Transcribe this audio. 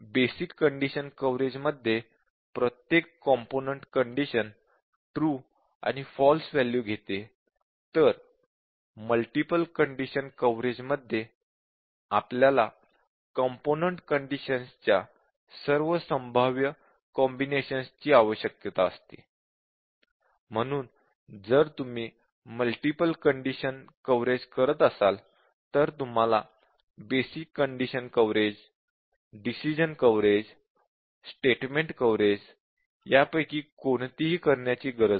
basic condition coverage मध्ये प्रत्येक component condition true आणि फॉल्स वॅल्यू घेते तर मल्टीपल कंडीशन कव्हरेज मध्ये आपल्याला कंपोनंन्ट कंडिशन्स च्या सर्व संभाव्य कॉम्बिनेशन्स ची आवश्यकता असते म्हणून जर तुम्ही मल्टीपल कंडिशन कव्हरेज करत असाल तर तुम्हाला basic condition coverage decision coverage statement coverage यापैकी कोणतीही करण्याची गरज नाही